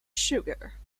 sugar